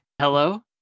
hello